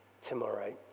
tomorrow